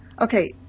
okay